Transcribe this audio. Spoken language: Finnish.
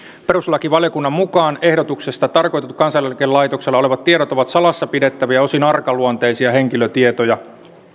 perustuslakivaliokunnan mukaan ehdotuksessa tarkoitetut kansaneläkelaitoksella olevat tiedot ovat salassa pidettäviä ja osin arkaluonteisia henkilötietoja